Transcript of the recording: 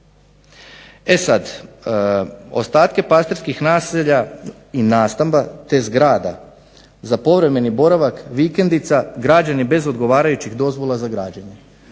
E sada, ostatke pastirskih naselja i nastamba te zgrada za povremeni boravak, vikendica građenih bez odgovarajućih dozvola za građenje.